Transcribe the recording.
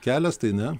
kelias tai ne